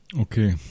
Okay